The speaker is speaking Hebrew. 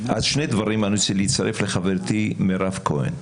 אני רוצה להצטרף לחברתי מירב כהן.